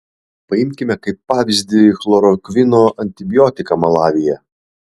paimkime kaip pavyzdį chlorokvino antibiotiką malavyje